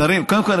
קודם כול,